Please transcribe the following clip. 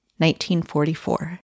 1944